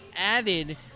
Added